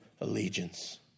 allegiance